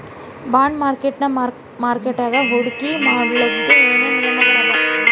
Bond ಮಾರ್ಕೆಟಿನ್ ಮಾರ್ಕಟ್ಯಾಗ ಹೂಡ್ಕಿ ಮಾಡ್ಲೊಕ್ಕೆ ಏನೇನ್ ನಿಯಮಗಳವ?